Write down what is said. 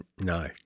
No